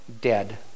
dead